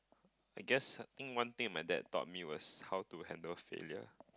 I guess I think one thing my dad taught was how to handle failure